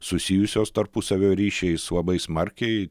susijusios tarpusavio ryšiais labai smarkiai